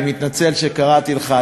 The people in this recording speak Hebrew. אני מתנצל שקראתי לך,